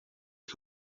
que